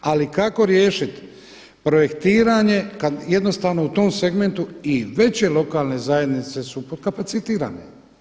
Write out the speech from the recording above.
Ali kako riješiti projektiranje kada jednostavno u tom segmentu i veće lokalne zajednice su pod kapacitirane.